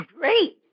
great